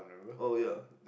oh ya